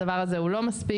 הדבר הזה הוא לא מספיק.